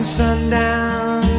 sundown